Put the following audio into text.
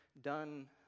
done